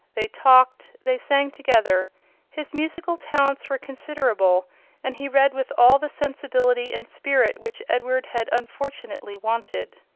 they talked, they sang together his musical talents were considerable and he read with all the sensibility and spirit which edward had unfortunately wanted.